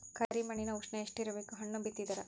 ಕರಿ ಮಣ್ಣಿನ ಉಷ್ಣ ಎಷ್ಟ ಇರಬೇಕು ಹಣ್ಣು ಬಿತ್ತಿದರ?